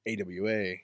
AWA